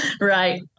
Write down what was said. Right